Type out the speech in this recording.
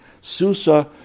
Susa